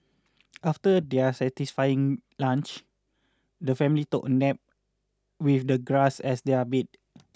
after their satisfying lunch the family took a nap with the grass as their bed